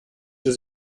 sie